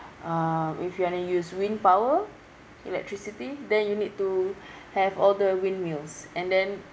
uh if you want to use wind power electricity then you need to have all the windmills and then